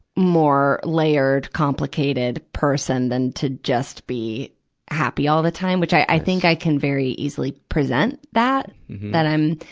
more layered, complicated person than to just be happy all the time, which i, i think i can very easily present that. that i'm,